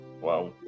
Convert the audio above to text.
Wow